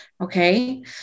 Okay